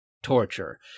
torture